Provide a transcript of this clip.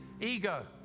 ego